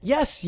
Yes